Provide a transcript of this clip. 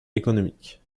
économique